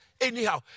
anyhow